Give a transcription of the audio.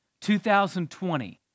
2020